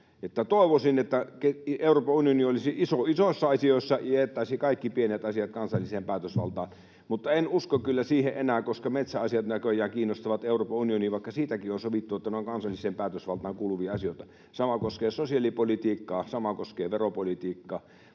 Toivoisin, että Euroopan unioni olisi iso isoissa asioissa ja jättäisi kaikki pienet asiat kansalliseen päätösvaltaan, mutta en kyllä usko siihen enää, koska metsäasiat näköjään kiinnostavat Euroopan unionia, vaikka siitäkin on sovittu, että ne ovat kansalliseen päätösvaltaan kuuluvia asioita. Sama koskee sosiaalipolitiikkaa, sama koskee veropolitiikkaa.